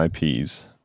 IPs